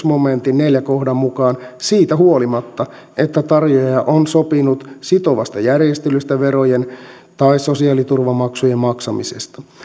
momentin neljännen kohdan mukaan siitä huolimatta että tarjoaja on sopinut sitovasta järjestelystä verojen tai sosiaaliturvamaksujen maksamisesta